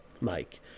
Mike